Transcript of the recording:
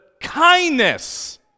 kindness